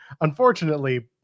unfortunately